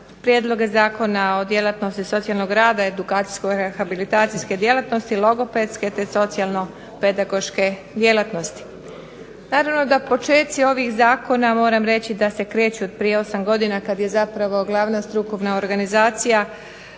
Prijedloga Zakona o djelatnosti socijalnog rada, edukacijsko-rehabilitacijske djelatnosti, logopedske, te socijalno-pedagoške djelatnosti. Naravno da počeci ovih zakona moram reći da se kreću od prije 8 godina kad je zapravo glavna strukovna organizacija